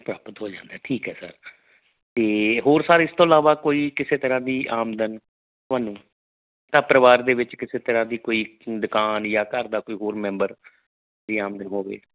ਪ੍ਰਾਪਤ ਹੋ ਜਾਂਦਾ ਠੀਕ ਹੈ ਸਰ ਅਤੇ ਹੋਰ ਸਰ ਇਸ ਤੋਂ ਇਲਾਵਾ ਕੋਈ ਕਿਸੇ ਤਰ੍ਹਾਂ ਦੀ ਆਮਦਨ ਤੁਹਾਨੂੰ ਤਾਂ ਪਰਿਵਾਰ ਦੇ ਵਿੱਚ ਕਿਸੇ ਤਰ੍ਹਾਂ ਦੀ ਕੋਈ ਦੁਕਾਨ ਜਾਂ ਘਰ ਦਾ ਕੋਈ ਹੋਰ ਮੈਂਬਰ ਜਾਂ ਆਮਦਨ ਹੋਵੇ